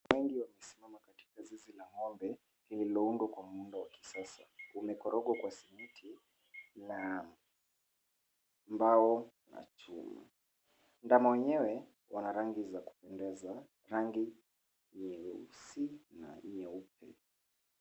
Wangi wamesimama katika zizi la ng'ombe, lililoundwa kwa muundo wa kisasa. Umekorogwa kwa simiti na mbao na chuma. Ndama wenyewe wana rangi za kupendeza, rangi nyeusi na nyeupe.